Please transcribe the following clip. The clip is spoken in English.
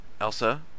Elsa